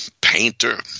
painter